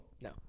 No